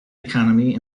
economy